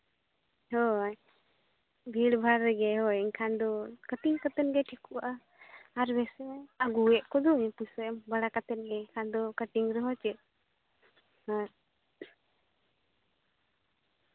ᱦᱳᱭ ᱵᱷᱤᱲᱼᱵᱷᱟᱲ ᱨᱮᱜᱮ ᱦᱳᱭ ᱮᱱᱠᱷᱟᱱ ᱫᱚ ᱠᱟᱴᱤᱝ ᱠᱟᱛᱮ ᱜᱮ ᱴᱷᱤᱠᱚᱜᱼᱟ ᱟᱨ ᱢᱤᱠᱥᱤᱢᱟᱢ ᱟᱹᱜᱩᱭᱮᱫ ᱠᱚᱜᱮ ᱯᱩᱭᱥᱟᱹ ᱮᱢ ᱵᱟᱲᱟ ᱠᱟᱛᱮ ᱜᱮ ᱮᱱᱠᱷᱟᱱ ᱫᱚ ᱠᱟᱹᱴᱤᱝ ᱨᱮᱦᱚᱸ ᱪᱮᱫ ᱟᱨ